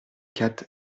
quatre